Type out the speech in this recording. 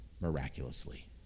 miraculously